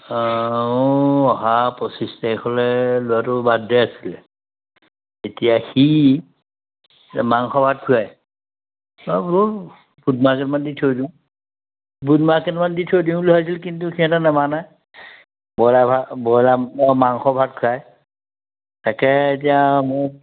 অঁ মোৰ অহা পঁচিছ তাৰিখলে ল'ৰাটোৰ বাৰ্থডে আছিলে এতিয়া সি মাংস ভাত খুৱাই দি থৈ দিওঁ বুট মাহ কেইটামান দি থৈ দিওঁ বুলি ভাবিছিলোঁ কিন্তু সিহঁতে নেমানে ব্ৰইলাৰ ভাত ব্ৰইলাৰ মাংস ভাত খুৱায় তাকে এতিয়া মোক